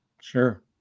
Sure